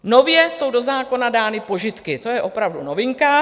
Nově jsou do zákona dány požitky, to je opravdu novinka.